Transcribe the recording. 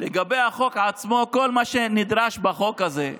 לגבי החוק עצמו, כל מה שנדרש בחוק הזה,